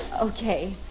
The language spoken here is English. Okay